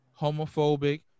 homophobic